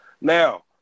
Now